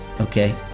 Okay